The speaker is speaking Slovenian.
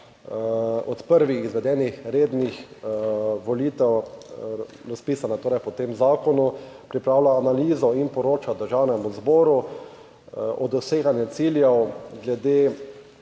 od prvih izvedenih rednih volitev razpisana, torej po tem zakonu, pripravila analizo in poroča Državnemu zboru o doseganju ciljev glede